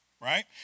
right